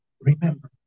Remember